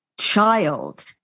child